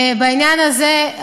בעניין הזה,